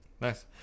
Nice